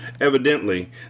Evidently